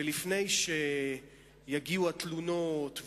ולפני שיגיעו התלונות,